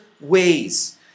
ways